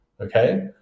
okay